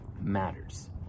matters